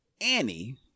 Annie